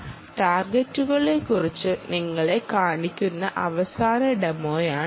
ടാർഗെറ്റുകളെക്കുറിച്ച് നിങ്ങളെ കാണിക്കുന്ന അവസാന ഡെമോയാണിത്